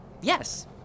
Yes